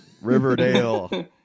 Riverdale